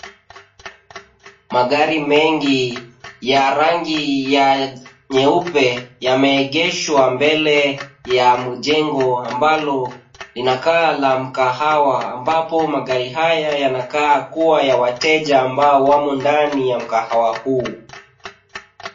Magari mengi ya rangi ya nyeupe yameegeshwa mbele ya mjengo, ambalo linakaa la mkahawa ambapo magari haya yanakaa kuwa ya wateja, ambao wamo ndani ya mkahawa huu.